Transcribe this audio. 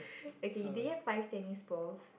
okay do you have five tennis balls